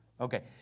Okay